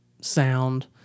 sound